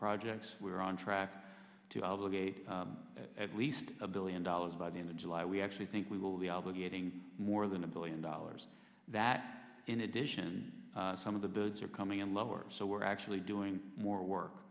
projects we are on track to obligate at least a billion dollars by the end of july we actually think we will be obligating more than a billion dollars that in addition some of the birds are coming in lower so we're actually doing more work